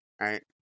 Right